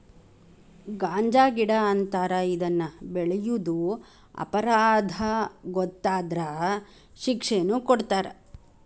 ಗಾಂಜಾಗಿಡಾ ಅಂತಾರ ಇದನ್ನ ಬೆಳಿಯುದು ಅಪರಾಧಾ ಗೊತ್ತಾದ್ರ ಶಿಕ್ಷೆನು ಕೊಡತಾರ